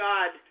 God